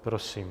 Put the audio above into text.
Prosím.